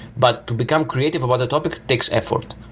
but to become creative a but topic takes effort,